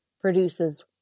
produces